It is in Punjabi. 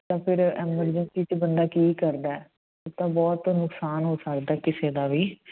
ਤਾਂ ਫਿਰ ਐਮਰਜੈਂਸੀ 'ਚ ਬੰਦਾ ਕੀ ਕਰਦਾ ਉਹਦਾ ਤਾਂ ਬਹੁਤ ਤੋਂ ਨੁਕਸਾਨ ਹੋ ਸਕਦਾ ਕਿਸੇ ਦਾ ਵੀ